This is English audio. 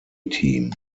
team